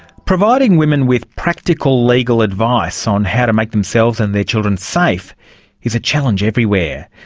providing women with practical legal advice on how to make themselves and their children safe is a challenge everywhere,